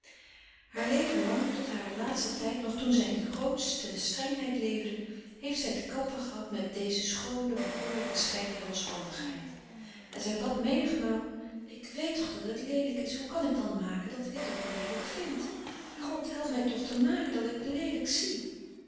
haar leven lang tot haren laatsten tijd nog toen zij in grootste strengheid leefde heeft zij te kampen gehad met dezen schoonen bekoorlijken schijn der losbandigheid en zij bad menigmaal ik weet toch dat het leelijk is hoe kan ik dan maken dat ik t ook leelijk vind god help mij toch te maken dat ik het leelijk zie